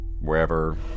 wherever